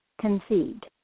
conceived